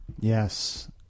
Yes